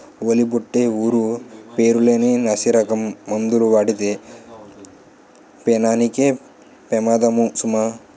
ఓలి బొట్టే ఊరు పేరు లేని నాసిరకం మందులు వాడితే పేనానికే పెమాదము సుమా